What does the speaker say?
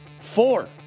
four